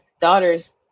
daughters